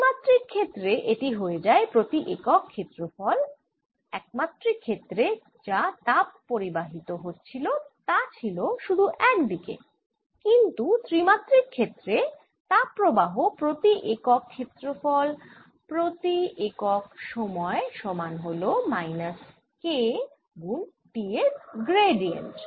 ত্রিমাত্রিক ক্ষেত্রে এটি হয়ে যায় প্রতি একক ক্ষেত্রফল একমাত্রিক ক্ষেত্রে যা তাপ পরিবাহিত হচ্ছিল তা ছিল শুধু এক দিকে কিন্তু ত্রিমাত্রিক ক্ষেত্রে তাপ প্রবাহ প্রতি একক ক্ষেত্রফল প্রতি একক সময় সমান হল মাইনাস K গুণ T এর গ্রেডিয়েন্ট